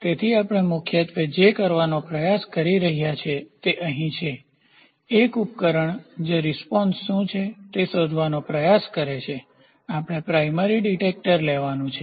તેથી આપણે મુખ્યત્વે જે કરવાનો પ્રયાસ કરી રહ્યા છીએ તે અહીં છે એક ઉપકરણ જે રીસ્પોન્સપ્રતિસાદ શું છે તે શોધવાનો પ્રયાસ કરે છે આપણે પ્રાઇમરીપ્રાથમિક ડિટેક્ટર લેવાનું છે